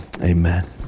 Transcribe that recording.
amen